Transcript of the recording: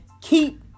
keep